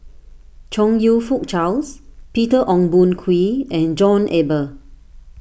Chong You Fook Charles Peter Ong Boon Kwee and John Eber